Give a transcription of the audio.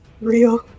Real